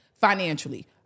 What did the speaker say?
financially